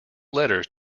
letters